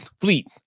Fleet